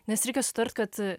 nes reikia sutart kad